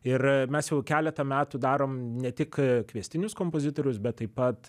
ir mes jau keletą metų darom ne tik kviestinius kompozitorius bet taip pat